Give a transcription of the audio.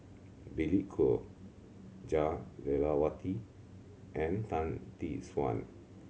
Billy Koh Jah Lelawati and Tan Tee Suan